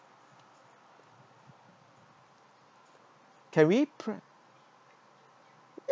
can we pre~